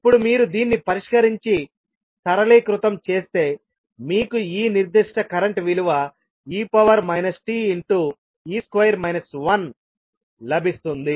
ఇప్పుడు మీరు దీన్ని పరిష్కరించి సరళీకృతం చేస్తే మీకు ఈ నిర్దిష్ట కరెంట్ విలువ e t లభిస్తుంది